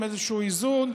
איזשהו איזון,